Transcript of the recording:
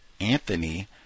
anthony